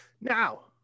Now